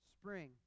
spring